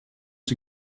die